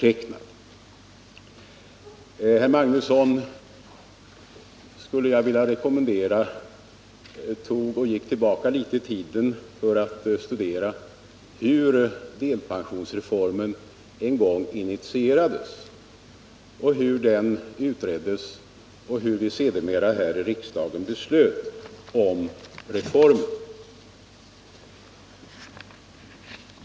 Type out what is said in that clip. Jag skulle vilja rekommendera herr Magnusson att gå tillbaka i tiden och studera hur delpensionsreformen en gång initierades, utreddes och beslöts.